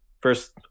First